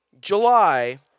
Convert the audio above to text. July